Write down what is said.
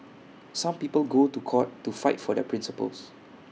some people go to court to fight for their principles